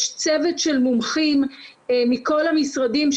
יש צוות של מומחים מכל המשרדים,